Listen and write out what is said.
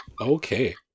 Okay